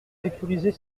sécuriser